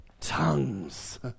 tongues